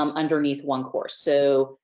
um underneath one course. so,